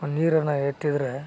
ಆ ನೀರನ್ನು ಎತ್ತಿದರೆ